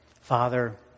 Father